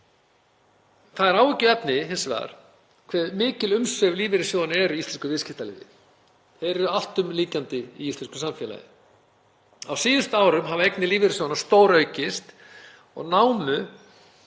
Það er áhyggjuefni hve mikil umsvif lífeyrissjóðanna eru í íslensku viðskiptalífi. Þeir eru alltumlykjandi í íslensku samfélagi. Á síðustu árum hafa eignir lífeyrissjóðanna stóraukist og námu